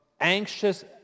anxious